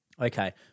Okay